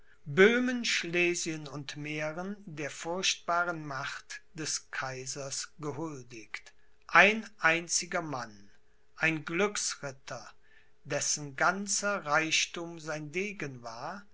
böhmen schlesien und mähren der furchtbaren macht des kaisers gehuldigt ein einziger mann ein glücksritter dessen ganzer reichthum sein degen war